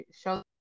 show